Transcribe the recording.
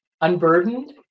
unburdened